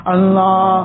Allah